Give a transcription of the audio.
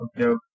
okay